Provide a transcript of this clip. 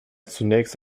zunächst